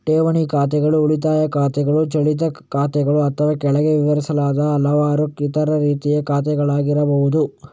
ಠೇವಣಿ ಖಾತೆಗಳು ಉಳಿತಾಯ ಖಾತೆಗಳು, ಚಾಲ್ತಿ ಖಾತೆಗಳು ಅಥವಾ ಕೆಳಗೆ ವಿವರಿಸಲಾದ ಹಲವಾರು ಇತರ ರೀತಿಯ ಖಾತೆಗಳಾಗಿರಬಹುದು